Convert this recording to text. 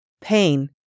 Pain